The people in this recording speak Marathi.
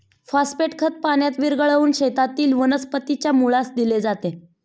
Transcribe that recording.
फॉस्फेट खत पाण्यात विरघळवून शेतातील वनस्पतीच्या मुळास दिले जाते